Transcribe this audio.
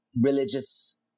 religious